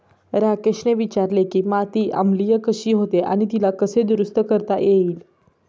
राकेशने विचारले की माती आम्लीय कशी होते आणि तिला कसे दुरुस्त करता येईल?